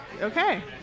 Okay